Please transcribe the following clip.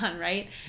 right